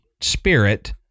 spirit